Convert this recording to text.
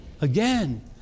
again